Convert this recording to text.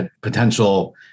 potential